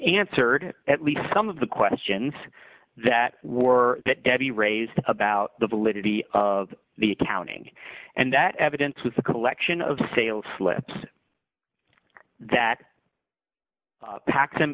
answered at least some of the questions that were that debbie raised about the validity of the accounting and that evidence was the collection of sales slips that pack